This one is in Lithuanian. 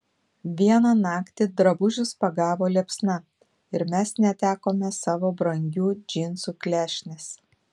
vieną naktį drabužius pagavo liepsna ir mes netekome savo brangių džinsų klešnės